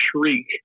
shriek